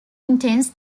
intense